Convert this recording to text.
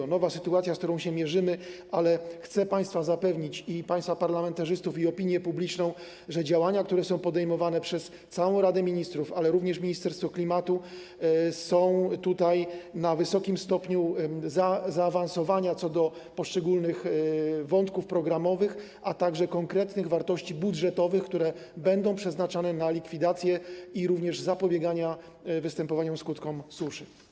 To jest nowa sytuacja, z którą się mierzymy, ale chcę zapewnić i państwa parlamentarzystów, i opinię publiczną, że działania, które są podejmowane przez całą Radę Ministrów, również Ministerstwo Klimatu, są zaawansowane w wysokim stopniu co do poszczególnych wątków programowych, a także konkretnych wartości budżetowych, które będą przeznaczane na likwidację i również zapobieganie występowaniu skutkom suszy.